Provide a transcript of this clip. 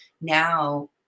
now